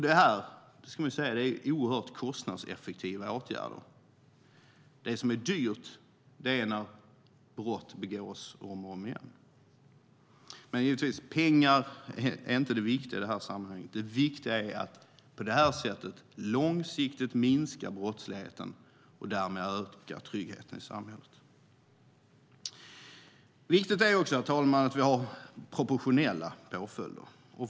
Detta är oerhört kostnadseffektiva åtgärder. Det som är dyrt är när brott begås om och om igen. Pengar är inte det viktiga i sammanhanget, det viktiga är att långsiktigt minska brottsligheten och därmed öka tryggheten i samhället. Viktigt är också, herr talman, att vi har proportionella påföljder.